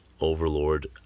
Overlord